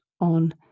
on